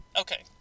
Okay